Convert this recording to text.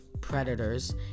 predators